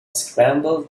scrambled